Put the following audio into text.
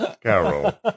Carol